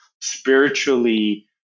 spiritually